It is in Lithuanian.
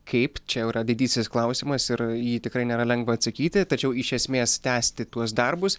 kaip čia jau yra didysis klausimas ir į jį tikrai nėra lengva atsakyti tačiau iš esmės tęsti tuos darbus